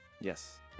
Yes